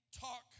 talk